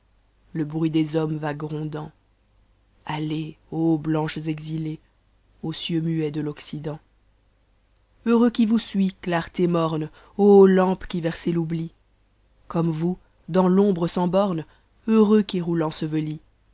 le bruit des hommes va grondant auez ô blanches exhées aux cieux muets de t'occident heureux qui vous suit clarté morne lampe qui versez l'oubli comme vous dans l'ombre sans bornes heureux qui roule